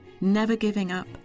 never-giving-up